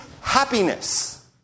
happiness